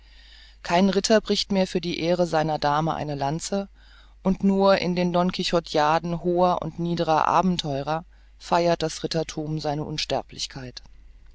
kein ritter bricht mehr für die ehre seiner dame eine lanze und nur in den don quixotiaden hoher und niederer abentheurer feiert das ritterthum seine unsterblichkeit